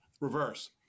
reverse